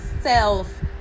self